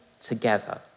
together